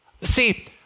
See